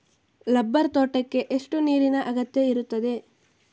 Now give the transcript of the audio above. Rubber ತೋಟಕ್ಕೆ ಎಷ್ಟು ನೀರಿನ ಅಗತ್ಯ ಇರುತ್ತದೆ?